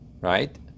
right